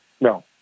No